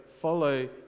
follow